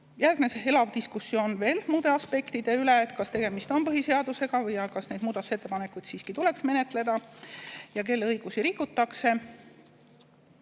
Järgnes elav diskussioon selliste aspektide üle, kas tegemist on põhiseaduse [riivega] ja kas neid muudatusettepanekuid siiski tuleks menetleda ja kelle õigusi rikutakse.